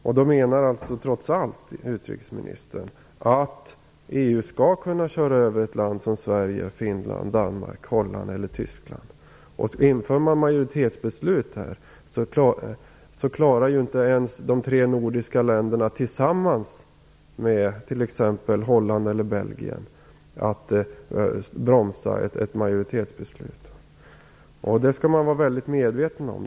Utrikesministern menar trots allt att EU skall kunna köra över ett land som Sverige, Finland, Danmark, Holland eller Tyskland. Inför man majoritetsbeslut så klarar inte ens de tre nordiska länderna tillsammans med t.ex. Holland eller Belgien att bromsa ett majoritetsbeslut. Det skall man vara mycket medveten om.